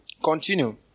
Continue